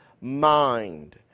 mind